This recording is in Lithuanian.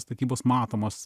statybos matomos